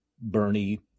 Bernie